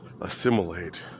assimilate